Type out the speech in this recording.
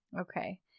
Okay